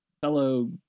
fellow